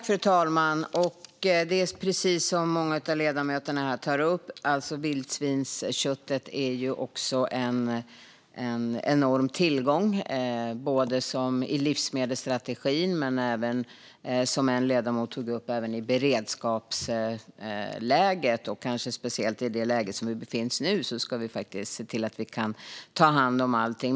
Fru talman! Precis som många av ledamöterna tar upp här är vildsvinsköttet också en enorm tillgång, i livsmedelsstrategin men även, som en ledamot tog upp, i ett beredskapsläge. Kanske speciellt i det läge som vi nu befinner oss i ska vi se till att vi kan ta hand om allting.